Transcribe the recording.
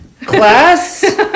class